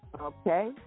Okay